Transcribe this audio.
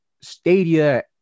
Stadia